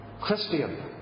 Christian